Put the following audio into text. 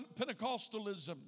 Pentecostalism